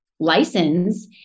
License